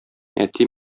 әти